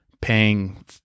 paying